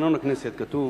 לתקנון הכנסת כתוב: